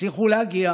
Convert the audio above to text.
הצליחו להגיע